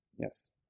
Yes